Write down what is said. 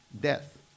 death